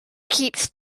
keeps